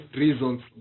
reasons